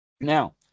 now